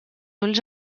ulls